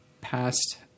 past